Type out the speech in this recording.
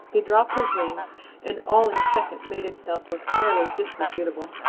he dropped his wings and all in a second made himself look fairly disreputable.